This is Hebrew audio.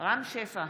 רם שפע,